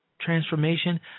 transformation